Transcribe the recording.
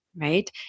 right